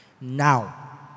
Now